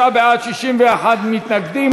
59 בעד, 61 מתנגדים.